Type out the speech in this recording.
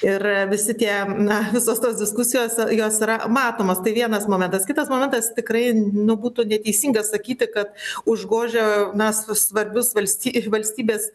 ir visi tie na visos tos diskusijos jos yra matomos tai vienas momentas kitas momentas tikrai nu būtų neteisinga sakyti kad užgožia na s svarbius valsty valstybės